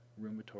rheumatoid